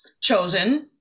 chosen